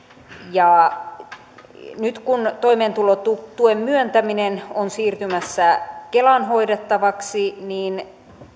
nyt kun toimeentulotuen myöntäminen on siirtymässä kelan hoidettavaksi niin